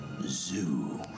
zoo